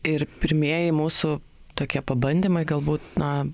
ir pirmieji mūsų tokie pabandymai galbūt na